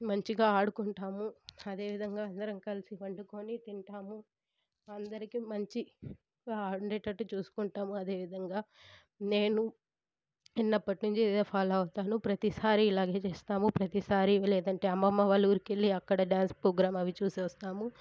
మంచిగా ఆడుకుంటాము అదేవిధంగా అందరం కలిసి వండుకొని తింటాము అందరికీ మంచిగా ఉండేటట్టు చూసుకుంటాము అదేవిధంగా నేను చిన్నప్పటినుంచి ఇదే ఫాలో అవుతాను ప్రతిసారి ఇలాగే చేస్తాము ప్రతిసారి లేదంటే అమ్మమ్మ వాళ్ళ ఊరికి వెళ్లి అక్కడ డాన్స్ ప్రోగ్రాం అవి చూసి వస్తాము